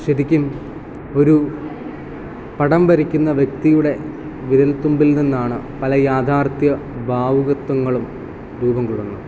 ശരിക്കും ഒരു പടം വരയ്ക്കുന്ന വ്യക്തിയുടെ വിരൽ തുമ്പിൽ നിന്നാണ് പല യാഥാർഥ്യ ഭാവുഗത്വങ്ങളും രൂപം കൊള്ളുന്നത്